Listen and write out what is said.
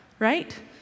right